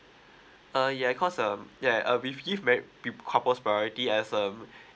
uh ya cause um ya uh we give married peo~ couples priority as um